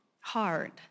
Hard